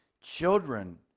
Children